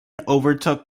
overtook